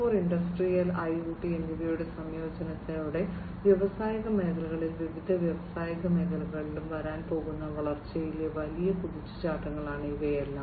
0 industrial IoT എന്നിവയുടെ സംയോജനത്തോടെ വ്യാവസായിക മേഖലകളിലും വിവിധ വ്യാവസായിക മേഖലകളിലും വരാൻ പോകുന്ന വളർച്ചയിലെ വലിയ കുതിച്ചുചാട്ടങ്ങളാണ് ഇവയെല്ലാം